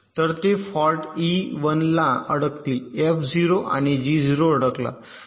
तर ते fault E 1 ला अडकतील एफ 0 आणि जी 0 वर अडकला